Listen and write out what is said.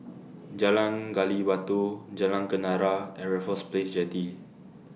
Jalan Gali Batu Jalan Kenarah and Raffles Place Jetty